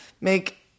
make